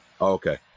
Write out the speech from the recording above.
Okay